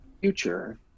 future